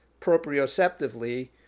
proprioceptively